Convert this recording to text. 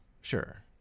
sure